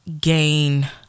gain